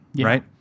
right